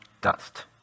dust